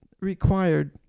required